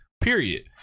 Period